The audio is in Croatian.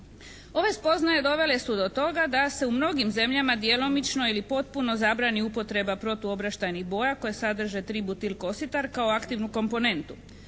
Ove spoznaje dovele su do toga da se u mnogim zemljama djelomično ili potpuno zabrani upotreba protuobraštajnih boja koja sadrže tributil kositar kao aktivnu komponentu.